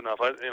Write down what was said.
enough